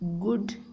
Good